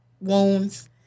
wounds